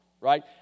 right